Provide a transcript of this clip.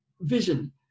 Vision